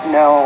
no